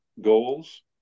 goals